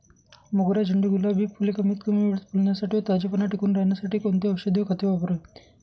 मोगरा, झेंडू, गुलाब हि फूले कमीत कमी वेळेत फुलण्यासाठी व ताजेपणा टिकून राहण्यासाठी कोणती औषधे व खते वापरावीत?